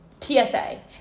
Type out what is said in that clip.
tsa